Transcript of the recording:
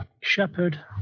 shepherd